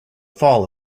fall